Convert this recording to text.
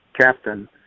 captain